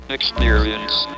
Experience